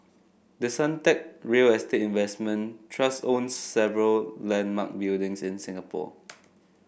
the Suntec real estate investment trust owns several landmark buildings in Singapore